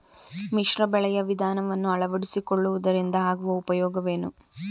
ಮಿಶ್ರ ಬೆಳೆಯ ವಿಧಾನವನ್ನು ಆಳವಡಿಸಿಕೊಳ್ಳುವುದರಿಂದ ಆಗುವ ಉಪಯೋಗವೇನು?